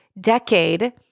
decade